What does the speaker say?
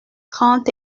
trente